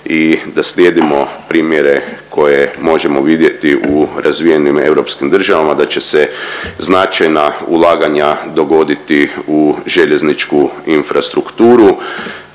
i da slijedimo primjere koje možemo vidjeti u razvijenim europskim državama da će se značajna ulaganja dogoditi u željezničku infrastrukturu